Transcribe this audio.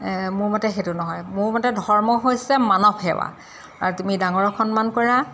মোৰ মতে সেইটো নহয় মোৰ মতে ধৰ্ম হৈছে মানৱ সেৱা আৰু তুমি ডাঙৰক সন্মান কৰা